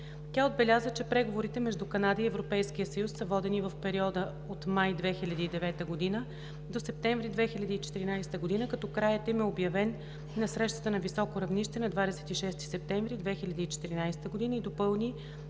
Тя отбеляза, че преговорите между Канада и Европейския съюз са водени в периода от май 2009 г. до септември 2014 г., като краят им е обявен на срещата на високо равнище на 26 септември 2014 г. и допълни,